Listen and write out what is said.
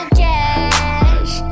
cash